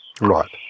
Right